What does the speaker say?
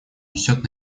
несет